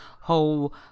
whole